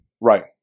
Right